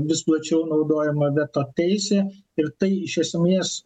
vis plačiau naudojama veto teisė ir tai iš esmės